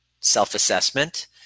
self-assessment